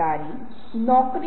तो यह एक लेआउट है